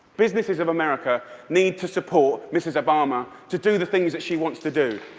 businesses of america need to support mrs. obama to do the things that she wants to do.